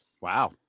wow